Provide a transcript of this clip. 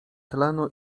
tlenu